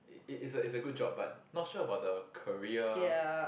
it it's a it's a good job but not sure about the career